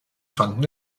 fanden